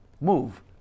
move